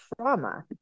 trauma